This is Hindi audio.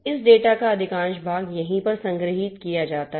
इस डेटा का अधिकांश भाग यहीं पर संग्रहीत किया जाता है